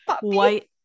white